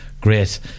great